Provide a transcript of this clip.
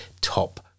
top